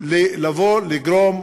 לגרום